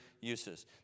uses